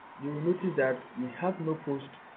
you notice that we have no post